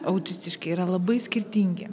autistiški yra labai skirtingi